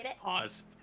Pause